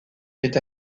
est